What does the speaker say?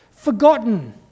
forgotten